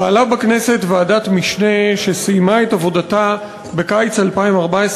פעלה בכנסת ועדת משנה שסיימה את עבודתה בקיץ 2014,